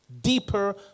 deeper